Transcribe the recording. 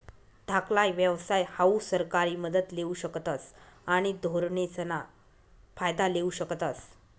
धाकला व्यवसाय हाऊ सरकारी मदत लेवू शकतस आणि धोरणेसना फायदा लेवू शकतस